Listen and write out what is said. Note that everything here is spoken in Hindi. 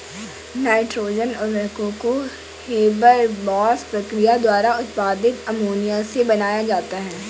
नाइट्रोजन उर्वरकों को हेबरबॉश प्रक्रिया द्वारा उत्पादित अमोनिया से बनाया जाता है